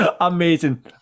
amazing